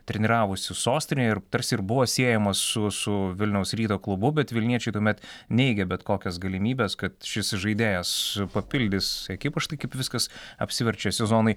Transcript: treniravosi sostinėje ir tarsi ir buvo siejamas su su vilniaus ryto klubu bet vilniečiai tuomet neigė bet kokias galimybes kad šis žaidėjas papildys ekipą štai kaip viskas apsiverčia sezonui